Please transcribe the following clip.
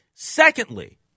Secondly